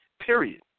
period